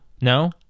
no